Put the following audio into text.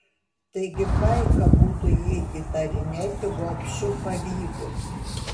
taigi paika būtų jį įtarinėti gobšiu pavydu